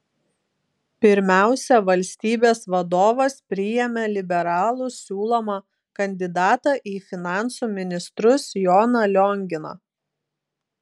pirmiausia valstybės vadovas priėmė liberalų siūlomą kandidatą į finansų ministrus joną lionginą